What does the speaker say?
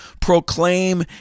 proclaim